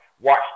watch